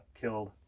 killed